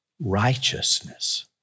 righteousness